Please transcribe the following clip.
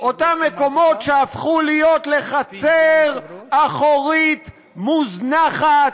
אותם מקומות שהפכו להיות לחצר אחורית מוזנחת,